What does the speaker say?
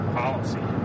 policy